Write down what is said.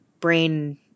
brain